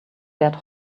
dead